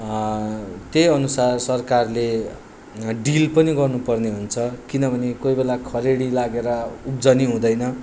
त्यही अनुसार सरकारले डिल पनि गर्नुपर्ने हुन्छ किनभने कोहीबेला खडेरी लागेर उब्जनी हुँदैन